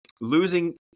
losing